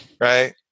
Right